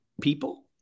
people